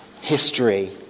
history